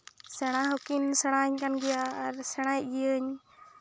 ᱥᱮᱬᱟ ᱦᱚᱠᱤᱱ ᱥᱮᱬᱟ ᱟᱹᱧ ᱠᱟᱱ ᱜᱮᱭᱟ ᱟᱨ ᱥᱮᱬᱟᱭᱮᱜ ᱜᱤᱭᱟᱹᱧ